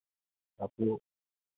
आपको